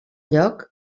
lloc